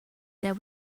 there